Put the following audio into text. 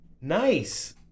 Nice